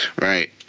Right